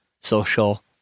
social